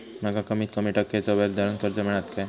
माका कमीत कमी टक्क्याच्या व्याज दरान कर्ज मेलात काय?